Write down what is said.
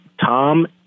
Tom